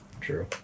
true